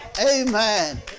Amen